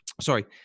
Sorry